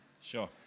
Sure